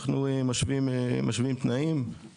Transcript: אנחנו משווים תנאים,